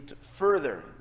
further